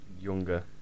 younger